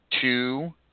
two